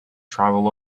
travel